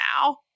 now